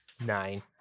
nine